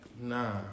Nah